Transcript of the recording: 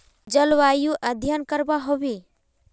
जलवायु अध्यन करवा होबे बे?